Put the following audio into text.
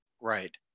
right